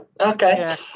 Okay